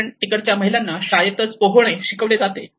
कारण तिकडच्या महिलांना शाळेत पोहणे शिकवले जाते